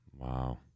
Wow